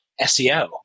SEO